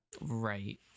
Right